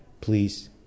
please